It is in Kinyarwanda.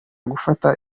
gufata